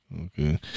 Okay